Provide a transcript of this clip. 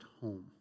home